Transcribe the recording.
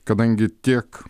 kadangi tiek